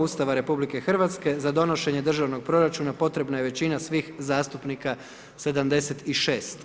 Ustava RH za donošenje Državnog proračuna potrebna je većina svih zastupnika, 76.